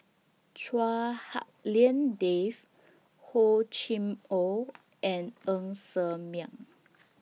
Chua Hak Lien Dave Hor Chim Or and Ng Ser Miang